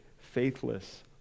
faithless